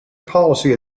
policy